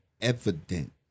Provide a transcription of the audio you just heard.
evident